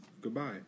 Goodbye